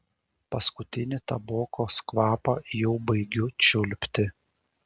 paskutinį tabokos kvapą jau baigiu čiulpti